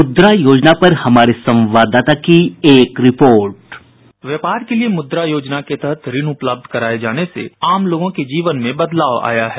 मुद्रा योजना पर हमारे संवाददाता की एक रिपोर्ट बाईट व्यापार के मुद्रा योजना के तहत ऋण उपलब्ध कराये जाने से आम लोगों के जीवन में बदलाव आया है